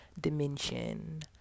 dimension